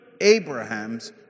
Abrahams